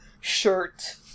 shirt